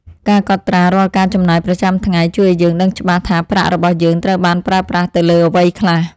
ការកត់ត្រារាល់ការចំណាយប្រចាំថ្ងៃ ជួយឱ្យយើងដឹងច្បាស់ថាប្រាក់របស់យើងត្រូវបានប្រើប្រាស់ទៅលើអ្វីខ្លះ។